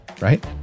Right